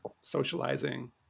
socializing